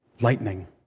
lightning